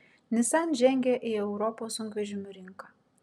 nissan žengia į europos sunkvežimių rinką